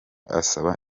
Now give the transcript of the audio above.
asaba